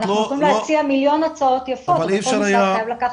אני רוצה להדגיש שבשבוע האחרון ציינו את יום זכויות האדם בכנסת,